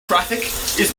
traffic